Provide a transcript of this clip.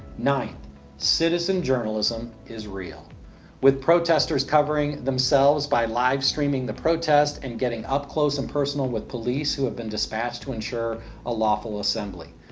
citizen journalism is real with protestors covering themselves by live streaming the protest and getting up close and personal with police who have been dispatched to ensure a lawful assembly.